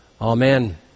Amen